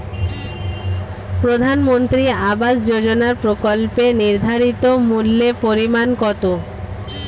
প্রধানমন্ত্রী আবাস যোজনার প্রকল্পের নির্ধারিত মূল্যে পরিমাণ কত?